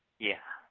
yeah,